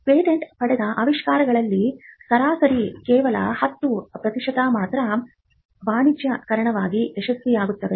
patent ಪಡೆದ ಆವಿಷ್ಕಾರಗಳಲ್ಲಿ ಸರಾಸರಿ ಕೇವಲ 10 ಪ್ರತಿಶತ ಮಾತ್ರ ವಾಣಿಜ್ಯಿಕವಾಗಿ ಯಶಸ್ವಿಯಾಗುತ್ತದೆ